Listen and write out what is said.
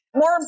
More